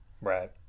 Right